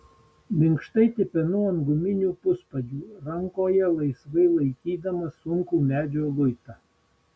minkštai tipenu ant guminių puspadžių rankoje laisvai laikydamas sunkų medžio luitą